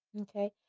Okay